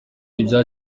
ibya